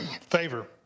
favor